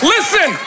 Listen